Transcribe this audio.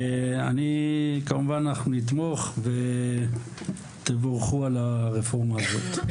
אני כמובן, אנחנו נתמוך ותבורכו על הרפורמה הזאת.